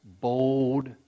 bold